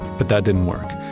but that didn't work.